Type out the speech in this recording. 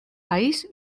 país